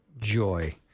joy